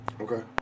Okay